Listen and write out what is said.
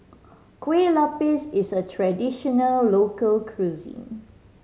Kueh Lapis is a traditional local cuisine